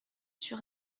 sur